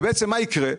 בעצם, מה יקרה?